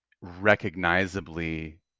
recognizably